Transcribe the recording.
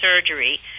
surgery